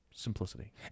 Simplicity